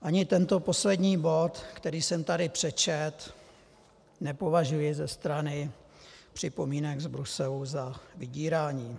Ani tento poslední bod, který jsem tady přečetl, nepovažuji ze strany připomínek z Bruselu za vydírání.